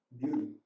Beauty